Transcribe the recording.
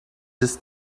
this